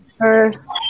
first